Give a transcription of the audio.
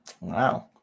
Wow